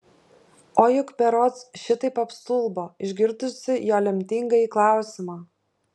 o juk berods šitaip apstulbo išgirdusi jo lemtingąjį klausimą